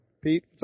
Pete